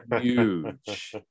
huge